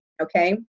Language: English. Okay